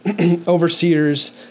overseers